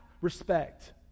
respect